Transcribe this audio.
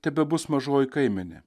tebebus mažoji kaimenė